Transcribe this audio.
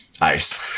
Ice